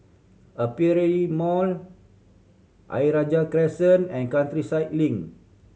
Aperia Mall Ayer Rajah Crescent and Countryside Link